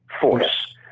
force